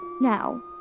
Now